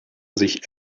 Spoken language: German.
sich